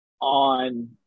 on